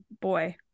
boy